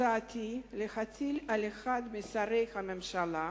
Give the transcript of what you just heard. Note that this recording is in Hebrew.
הצעתי היא להטיל על אחד משרי הממשלה,